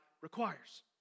requires